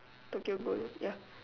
Tokyo-Ghoul ya